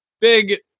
big